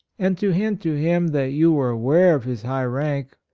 and to hint to him that you were aware of his high rank,